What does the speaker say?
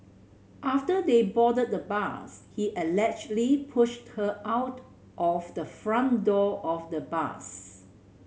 after they boarded the bus he allegedly pushed her out of the front door of the bus